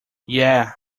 yeah